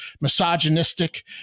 misogynistic